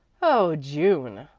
oh, june!